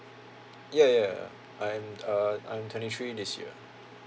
ya ya I'm uh I'm twenty three this year